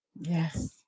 Yes